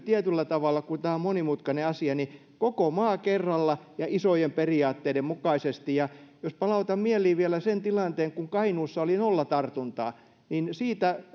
tietyllä tavalla kun tämä on monimutkainen asia koko maa kerralla ja isojen periaatteiden mukaisesti ja jos palautan mieliin vielä sen tilanteen kun kainuussa oli nolla tartuntaa niin siitä